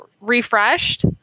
refreshed